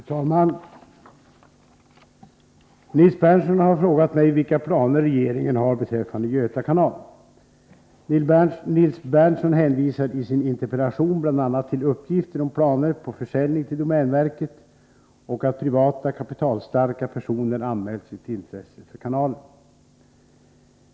Fru talman! Nils Berndtson har frågat mig vilka planer regeringen har beträffande Göta kanal. Nils Berndtson hänvisar i sin interpellation bl.a. till uppgifter om planer på försäljning till domänverket och att privata kapitalstarka personer anmält sitt intresse för kanalen.